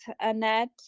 Annette